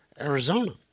Arizona